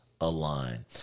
align